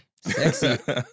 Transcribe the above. Sexy